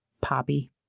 poppy